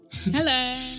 hello